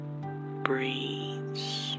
breathes